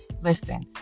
Listen